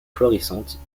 florissante